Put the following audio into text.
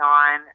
on